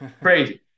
crazy